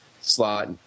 Slot